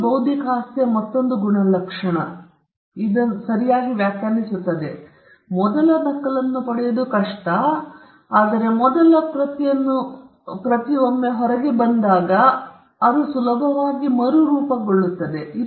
ಆದ್ದರಿಂದ ಇದು ಬೌದ್ಧಿಕ ಆಸ್ತಿಯ ಮತ್ತೊಂದು ಗುಣಲಕ್ಷಣವನ್ನು ಸರಿಯಾಗಿ ವ್ಯಾಖ್ಯಾನಿಸುತ್ತದೆ ಮೊದಲ ನಕಲನ್ನು ಪಡೆಯುವುದು ಕಷ್ಟ ಆದರೆ ಮೊದಲ ಪ್ರತಿಯನ್ನು ಒಮ್ಮೆ ಔಟ್ ಆಗಿದ್ದರೆ ಅದು ಸುಲಭವಾಗಿ ಮರುರೂಪಗೊಳ್ಳುತ್ತದೆ